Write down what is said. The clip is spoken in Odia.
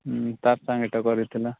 ହୁଁ ତାର୍ ସାଙ୍ଗେ ଏଇଟା କରିଥିଲା